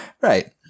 Right